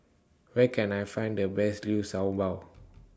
Where Can I Find The Best Liu Shao Bao